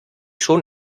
schon